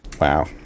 Wow